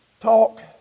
talk